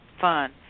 fun